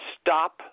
stop